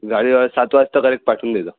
गाडी सात वाजता करेक्ट पाठवून दे जा